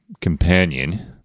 companion